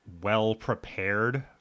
well-prepared